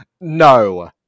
No